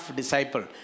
disciple